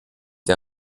der